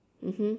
mmhmm